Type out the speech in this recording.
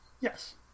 Yes